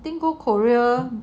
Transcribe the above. then go korea